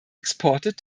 exported